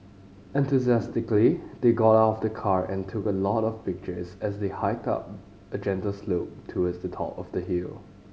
enthusiastically they got out of the car and took a lot of pictures as they hiked up a gentle slope towards the top of the hill